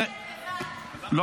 אני יוצאת לבד.